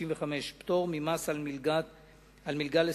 165) (פטור ממס על מלגה לסטודנט),